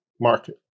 market